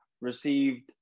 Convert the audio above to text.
received